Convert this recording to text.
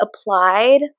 applied